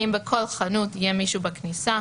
האם בכל חנות יהיה מישהו בכניסה,